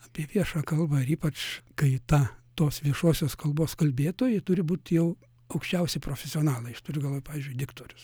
apie viešą kalbą ir ypač kai ta tos viešosios kalbos kalbėtojai turi būt jau aukščiausi profesionalai aš turiu galvoj pavyzdžiui diktorius